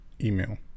email